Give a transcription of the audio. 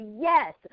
Yes